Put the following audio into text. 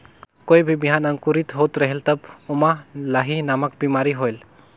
कोई भी बिहान अंकुरित होत रेहेल तब ओमा लाही नामक बिमारी होयल?